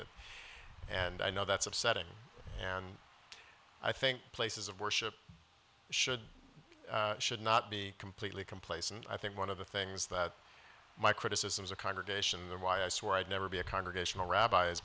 it and i know that's upsetting and i think places of worship should should not be completely complacent i think one of the things that my criticisms of congregation the why i swore i'd never be a congregational rabbi